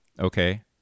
Okay